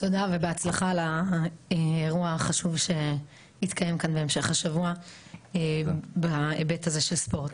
תודה ובהצלחה לאירוע החשוב שיתקיים כאן בהמשך השבוע בהיבט הזה של ספורט.